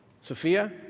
Sophia